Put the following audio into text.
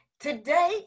today